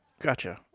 Gotcha